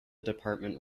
department